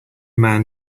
man